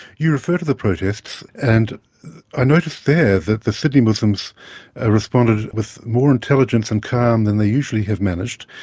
you refer to the protests and i notice there that the sydney muslims ah responded with more intelligence and calm than they usually have managed.